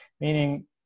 meaning